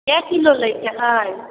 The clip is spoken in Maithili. कै किलो लैके हइ